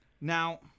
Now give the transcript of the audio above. Now